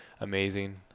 amazing